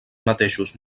mateixos